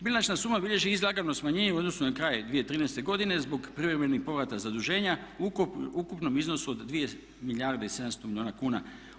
Bilančna suma bilježi i … smanjenje u odnosu na kraj 2013. godine zbog privremenih povrata zaduženja u ukupnom iznosu od 2 milijarde i 700 milijuna kuna.